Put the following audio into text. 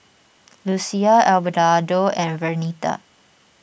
Lucina Abelardo and Vernita